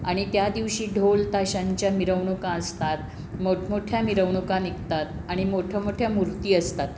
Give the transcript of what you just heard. आणि त्या दिवशी ढोलताशांच्या मिरवणुका असतात मोठमोठ्या मिरवणुका निघतात आणि मोठ्या मोठ्या मूर्ती असतात